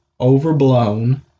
overblown